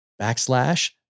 backslash